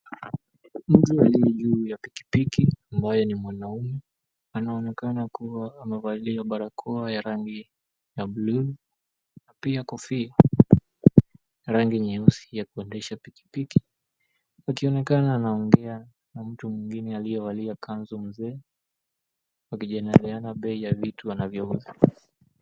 Mtu aliye juu ya pikipiki ambaye ni mwanaume, anaoekana kuwa amevalia barakoa ya rangi ya buluu na pia kofia ya rangi nyeusi ya kuendesha pikipiki. Akionekana anaongea na mtu mwingine aliyevalia kanzu mzee akipeanapeana bei ya vitu anavyouza.